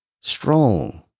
strong